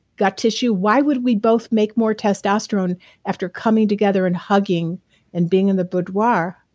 gut tissue. why would we both make more testosterone after coming together and hugging and being and the budwar?